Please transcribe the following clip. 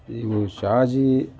ಇವು ಶಾಜಿ